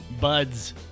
buds